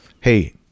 hey